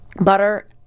butter